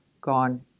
gone